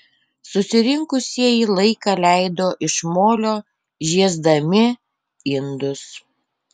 susirinkusieji laiką leido iš molio žiesdami indus